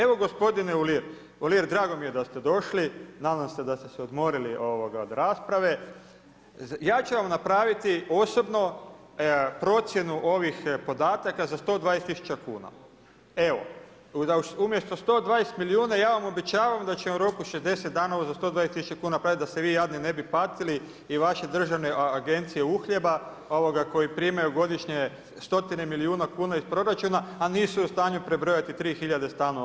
Evo gospodine Uhlir, drago mi je da ste došli, nadam se da ste se odmorili od rasprave, ja ću vam napraviti osobno procjenu ovih podataka za 120000 kuna, evo umjesto 120 milijuna, ja vam obećavam da ću vam u roku 60 dana za 120000 tisuća kuna napraviti da se vi jadni ne bi patili i vaše državne agencije uhljeba koji primaju godišnje stotine milijuna kuna iz proračuna, a nisu u stanju prebrojati 3000 stanova.